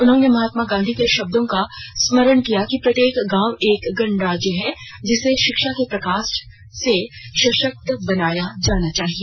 उन्होंने महात्मा गांधी के शब्दों का स्मरण किया कि प्रत्येक गांव एक गणराज्य है जिसे शिक्षा के प्रकाश से सशक्ता बनाया जाना चाहिए